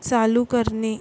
चालू करणे